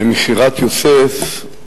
במכירת יוסף,